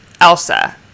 Elsa